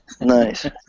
Nice